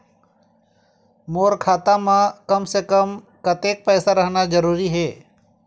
मोर खाता मे कम से से कम कतेक पैसा रहना जरूरी हे?